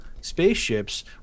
spaceships